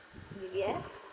yes